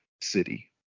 city